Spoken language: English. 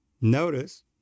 Notice